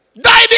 Die